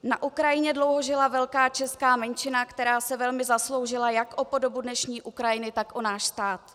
Na Ukrajině dlouho žila velká česká menšina, která se velmi zasloužila jak o podobu dnešní Ukrajiny, tak o náš stát.